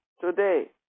today